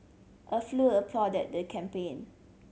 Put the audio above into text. a applauded the campaign